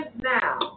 now